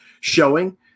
showing